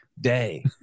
day